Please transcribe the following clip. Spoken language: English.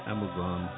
Amazon